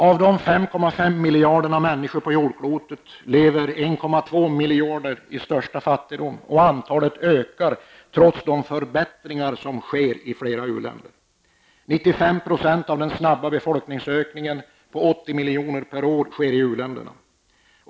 Av de 5,5 miljarder människor som finns på jordklotet lever 1,2 miljarder i största fattigdom, och antalet fattiga ökar, trots de förbättringar som sker i flera u-länder. 95 % av den snabba befolkningsökningen på 80 miljoner per år sker i uländerna.